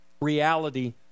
reality